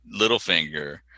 Littlefinger